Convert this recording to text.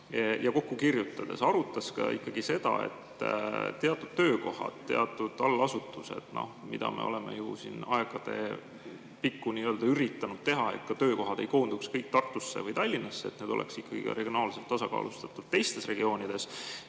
ja kokku kirjutades arutas ka seda, et teatud töökohad, teatud allasutused – me oleme ju siin ajapikku üritanud seda, et töökohad ei koonduks kõik Tartusse või Tallinnasse – oleksid regionaalselt tasakaalustatult teistes regioonides?